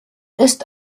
ist